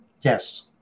Yes